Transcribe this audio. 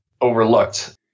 overlooked